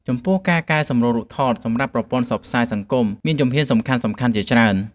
ចំពោះ ការកែសម្រួលរូបថតសម្រាប់ប្រព័ន្ធផ្សព្វផ្សាយសង្គមមានជំហ៊ានសំខាន់ៗជាច្រើន។